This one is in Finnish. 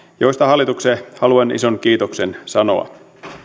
joista hallitukselle haluan ison kiitoksen sanoa